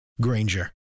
Granger